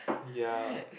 ya